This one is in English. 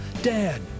Dad